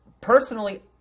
personally